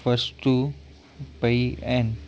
वस्तू पेई हिन